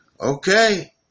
Okay